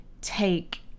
take